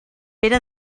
pere